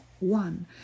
One